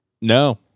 No